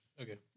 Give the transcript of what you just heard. Okay